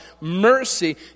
mercy